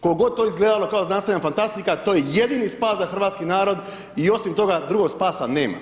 Ko god to izgledalo kao znanstvena fantastika, to je jedini spas za hrvatski narod i osim toga, drugog spasa nema.